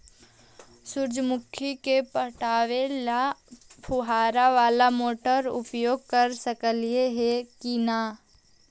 सुरजमुखी पटावे ल फुबारा बाला मोटर उपयोग कर सकली हे की न?